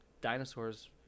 dinosaurs